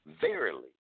verily